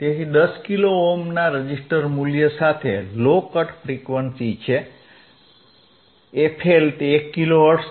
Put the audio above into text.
તેથી 10 કિલો ઓહ્મના રેઝિસ્ટર મૂલ્ય સાથે લો કટ ઓફ ફ્રીક્વંસી છે fL તે 1 કિલો હર્ટ્ઝ છે